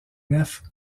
nefs